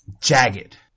Jagged